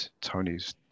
Tony's